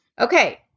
Okay